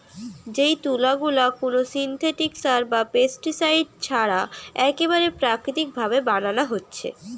যেই তুলা গুলা কুনো সিনথেটিক সার বা পেস্টিসাইড ছাড়া একেবারে প্রাকৃতিক ভাবে বানানা হচ্ছে